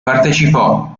partecipò